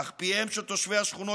אך פיהם של תושבי השכונות,